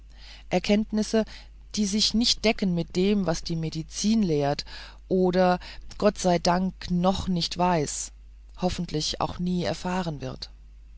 erkenntnisse die sich nicht decken mit dem was die medizin lehrt oder gott sei dank noch nicht weiß hoffentlich auch nie erfahren wird